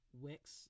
Wix